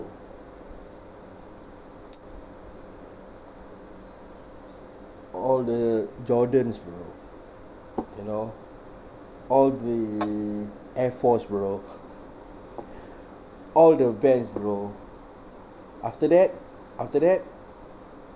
all the jordans bro you know all the air force bro all the vans bro after that after that